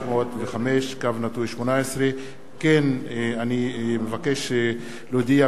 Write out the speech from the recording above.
2505/18. וכן אני מבקש להודיע,